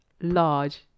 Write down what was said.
large